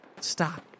Stop